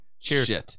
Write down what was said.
Cheers